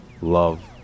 love